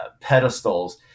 pedestals